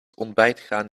ontbijtgranen